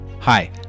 Hi